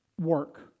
work